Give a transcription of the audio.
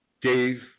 Dave